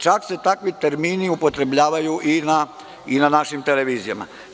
Čak se takvi termini upotrebljavaju i na našim televizijama.